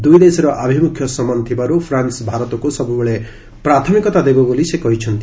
ଦୂଇଦେଶର ଆଭିମ୍ରଖ୍ୟ ସମାନ ଥିବାରୁ ଫ୍ରାନ୍କ ଭାରତକୁ ସବୁବେଳେ ପ୍ରାଥମିକତା ଦେବ ବୋଲି ସେ କହିଛନ୍ତି